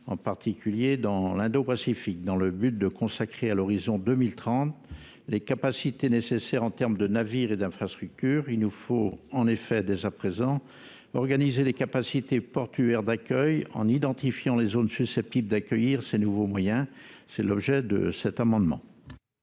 en particulier dans l'indopacifique dans le but de consacrer à l'horizon 2030 les capacités nécessaires en termes de navires et d'infrastructures. Il nous faut en effet dès à présent organiser les capacités portuaires d'accueil en identifiant les zones susceptibles d'accueillir ces nouveaux moyens. C'est l'objet de cet amendement.